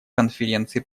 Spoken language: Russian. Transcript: конференции